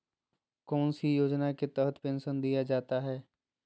कौन सी योजना के तहत पेंसन दिया जाता है?